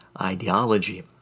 ideology